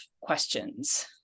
questions